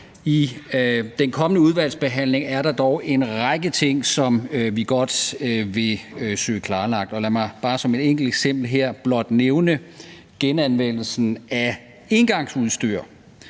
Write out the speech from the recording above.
I den kommende udvalgsbehandling er der dog en række ting, som vi godt vil søge klarlagt. Lad mig bare som et enkelt eksempel her nævne genanvendelsen af engangsudstyr.